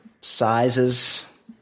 sizes